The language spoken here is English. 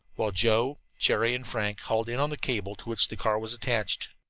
while joe, jerry and frank hauled in on the cable to which the car was attached.